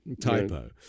typo